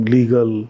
Legal